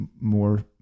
More